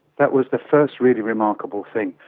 that was the first really remarkable thing.